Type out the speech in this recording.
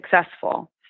successful